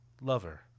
lover